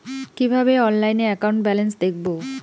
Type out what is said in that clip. কিভাবে অনলাইনে account balance দেখবো?